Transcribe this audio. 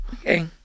Okay